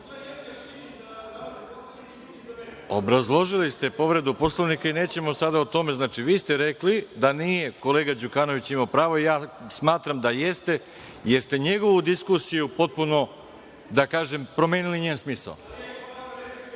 Obrazložili ste povredu Poslovnika i nećemo sada o tome. Znači, vi ste rekli da nije kolega Đukanović imao pravo, a ja smatram da jeste jer ste njegovu diskusiju potpuno, da tako kažem, promenili njen smisao.